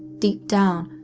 deep down,